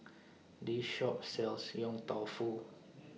This Shop sells Yong Tau Foo